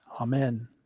Amen